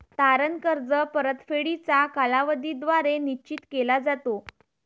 तारण कर्ज परतफेडीचा कालावधी द्वारे निश्चित केला जातो